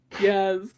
Yes